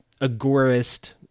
agorist